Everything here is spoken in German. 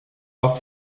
auch